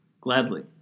Gladly